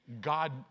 God